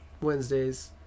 Wednesdays